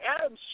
Adam